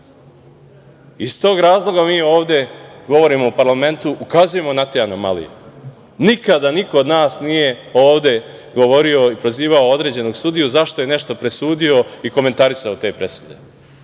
tog razloga mi ovde govorimo u parlamentu, ukazujemo na te anomalije. Nikada niko od nas nije ovde govorio i prozivao određenog sudiju zašto je nešto presudio i komentarisao te presude,